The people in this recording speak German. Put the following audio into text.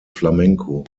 flamenco